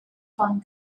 from